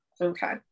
okay